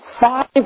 five